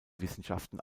wissenschaften